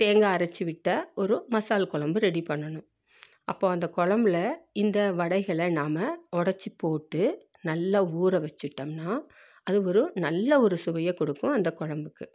தேங்காய் அரைத்து விட்ட ஒரு மசால் கொழம்பு ரெடி பண்ணணும் அப்போது அந்த கொழம்புல இந்த வடைகளை நாம் உடைச்சி போட்டு நல்லா ஊற வச்சிட்டோம்னா அது ஒரு நல்ல சுவையை கொடுக்கும் அந்த கொழம்புக்கு